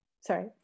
Sorry